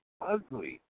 ugly